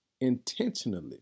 intentionally